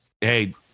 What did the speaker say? Hey